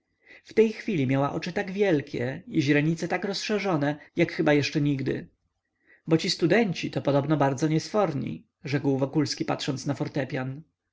w tej chwili miała oczy tak wielkie i źrenice tak rozszerzone jak chyba jeszcze nigdy bo ci studenci to podobno bardzo niesforni rzekł wokulski patrząc na